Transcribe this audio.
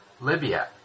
Libya